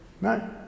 No